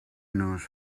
knows